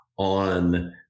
On